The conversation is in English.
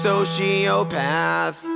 Sociopath